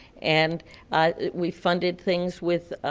and we funded things with